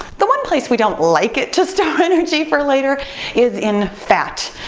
the one place we don't like it to store energy for later is in fat.